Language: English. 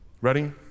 Ready